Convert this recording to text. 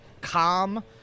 calm